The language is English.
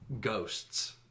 ghosts